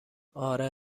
آره